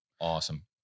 Awesome